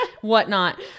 whatnot